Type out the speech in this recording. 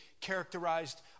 characterized